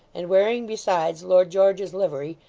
and wearing besides lord george's livery,